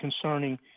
concerning